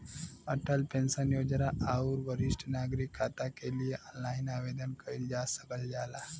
Atal pension योजना आउर वरिष्ठ नागरिक खाता के लिए ऑनलाइन आवेदन कइल जा सकल जाला